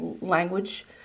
language